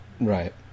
Right